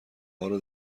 هارو